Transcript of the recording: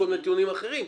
כל מיני טיעונים אחרים,